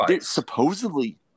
supposedly